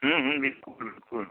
बिल्कुल बिल्कुल